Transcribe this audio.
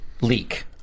leak